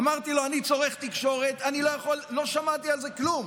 אמרתי לו, אני צורך תקשורת, לא שמעתי על זה כלום.